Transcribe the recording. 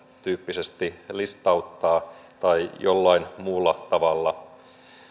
tyyppisesti listauttaa tai jollain muulla tavalla